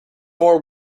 more